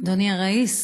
אדוני הראיס,